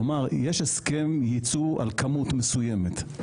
כלומר יש הסכם יצוא על כמות מסוימת,